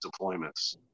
deployments